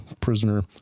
prisoner